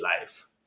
life